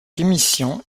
émission